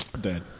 Dead